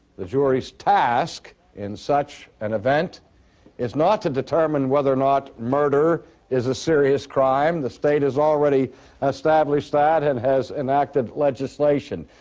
the jury's task in such an event is not to determine whether or not murder is a serious crime, the state has already established that and has enacted legislation.